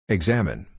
Examine